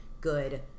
good